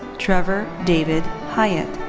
trevor david hyatt.